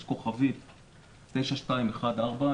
9214*,